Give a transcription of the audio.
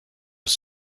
his